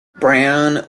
brown